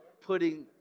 putting